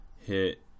hit